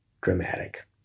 dramatic